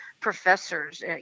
professors